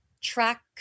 track